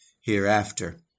hereafter